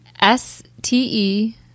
S-T-E